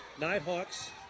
Nighthawks